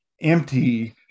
empty